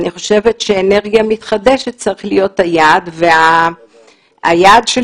אני חושבת שאנרגיה מתחדשת צריכה להיות היעד והיעד של